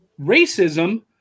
racism